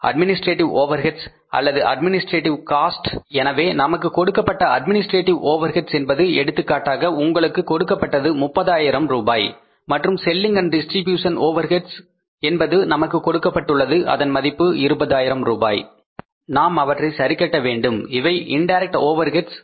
administrative overheads அல்லது administrative cost எனவே நமக்கு கொடுக்கப்பட்ட அட்மினிஸ்ட்ரேட்டிவ் ஓவர்ஹெட்ஸ் என்பது எடுத்துக்காட்டாக உங்களுக்கு கொடுக்கப்பட்டது 30 ஆயிரம் ரூபாய் மற்றும் selling and distribution overheads Selling Distribution overheads என்பது நமக்கு கொடுக்கப்பட்டுள்ளது அதன் மதிப்பு 20000 நாம் அவற்றை சரி கட்ட வேண்டும் இவை இன்டைரக்ட் ஓவர்ஹெட்ஸ்